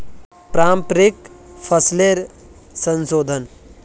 पारंपरिक फसलेर संशोधन